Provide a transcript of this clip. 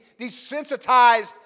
desensitized